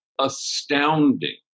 astounding